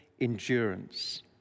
endurance